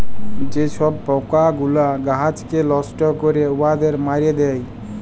যে ছব পকাগুলা গাহাচকে লষ্ট ক্যরে উয়াদের মাইরে দেয়